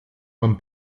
man